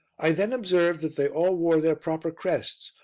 i then observed that they all wore their proper crests,